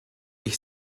ich